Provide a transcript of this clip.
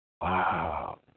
Wow